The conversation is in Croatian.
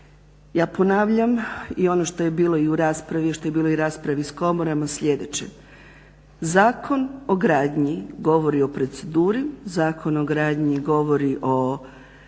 raspravi i što je bilo u raspravi s komorama sljedeće. Zakon o gradnji govori o proceduri, Zakon o gradnji govori o